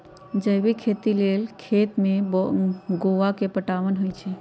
जैविक खेती लेल खेत में गोआ के पटाओंन होई छै